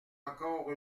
encore